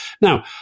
Now